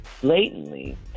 blatantly